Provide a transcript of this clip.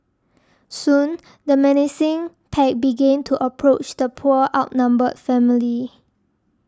soon the menacing pack began to approach the poor outnumbered family